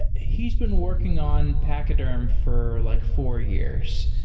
ah he's been working on pachyderm for like four years,